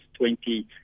20